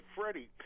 Freddie